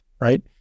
right